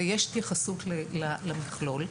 ויש התייחסות למכלול.